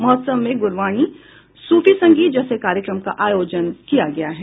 महोत्सव में गुरूवाणी सुफी संगीत जैसे कार्यक्रम का आयोजन किया गया है